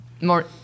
more